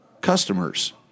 customers